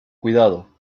cuidado